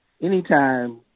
Anytime